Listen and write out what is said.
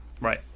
Right